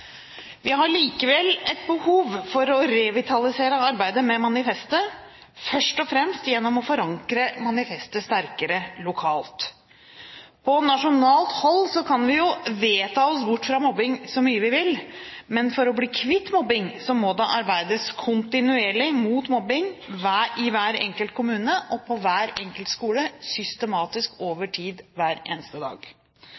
Vi har likevel et behov for å revitalisere arbeidet med manifestet, først og fremst gjennom å forankre manifestet sterkere lokalt. På nasjonalt hold kan vi jo vedta oss bort fra mobbing så mye vi vil, men for å bli kvitt mobbing må det arbeides kontinuerlig mot mobbing i hver enkelt kommune og på hver enkelt skole systematisk